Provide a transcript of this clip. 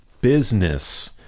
business